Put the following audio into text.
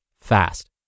fast